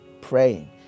praying